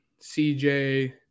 CJ